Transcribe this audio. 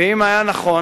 ואם היה נכון,